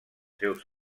seus